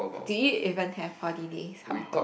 do you even have holidays